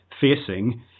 facing